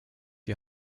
die